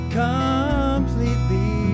completely